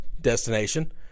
destination